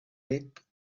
bec